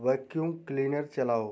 vacuum cleaner चलाओ